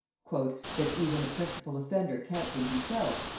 that even the principal offender campion himself.